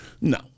No